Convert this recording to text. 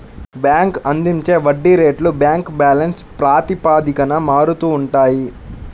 bank అందించే వడ్డీ రేట్లు బ్యాంక్ బ్యాలెన్స్ ప్రాతిపదికన మారుతూ ఉంటాయి